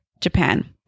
Japan